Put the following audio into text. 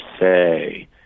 say